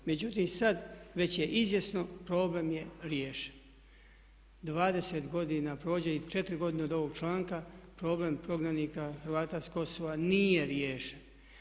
Međutim, sad već je izvjesno problem je riješen.“ 20 godina prođe i 4 godine od ovog članka problem prognanika Hrvata s Kosova nije riješen.